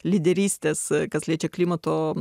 lyderystės kas liečia klimato